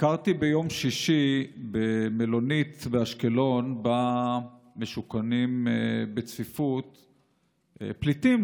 ביקרתי ביום שישי במלונית באשקלון שבה משוכנים בצפיפות פליטים,